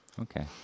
Okay